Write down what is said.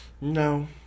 No